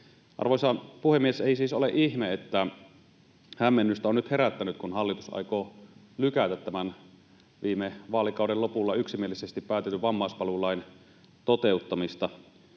Arvoisa puhemies! Ei siis ole ihme, että hämmennystä on nyt herättänyt, kun hallitus aikoo lykätä tämän viime vaalikauden lopulla yksimielisesti päätetyn vammaispalvelulain toteuttamista,